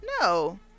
No